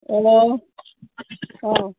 ꯑꯣ ꯑꯣ